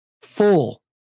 full